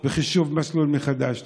וחישוב מסלול מחדש.